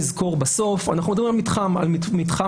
בסוף אנחנו מדברים על מתחם הסביר,